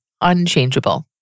Unchangeable